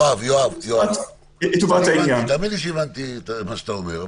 יואב, תאמין לי שהבנתי את מה שאתה אומר.